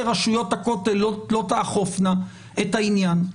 רשויות הכותל לא תאכופנה את העניין,